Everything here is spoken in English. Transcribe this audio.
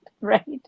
right